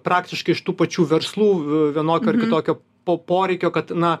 praktiškai iš tų pačių verslų v vienokio ar kitokio po poreikio kad na